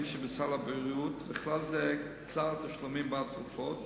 שבסל הבריאות ובכלל זה כלל התשלומים בעד תרופות,